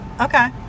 Okay